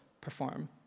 perform